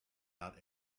out